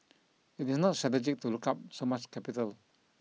it is not strategic to look up so much capital